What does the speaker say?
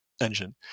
engine